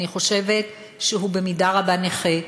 אני חושבת שהוא במידה רבה נכה,